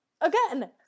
Again